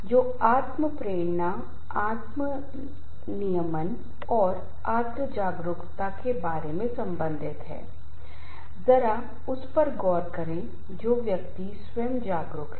क्या तनाव प्रदर्शन में बढ़ने या कमी आती है जैसा कि ग्राफ के लिए आप देख सकते हैं कि हम एक्स एक्सिस में तनाव लेते हैं और वाई एक्सिस में प्रदर्शनपरफॉर्मेंस Performance करते हैं और आपको उलटा यू आकार का कर्व दिखाई देगा